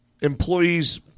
employees